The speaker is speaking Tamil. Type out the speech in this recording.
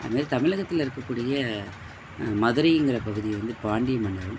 அது மாரி தமிழகத்துல இருக்கக்கூடிய மதுரைங்கிறப் பகுதியை வந்து பாண்டிய மன்னரும்